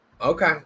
Okay